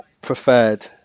preferred